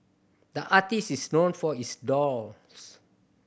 the artist is known for his